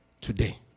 today